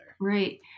Right